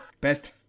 Best